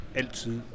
altid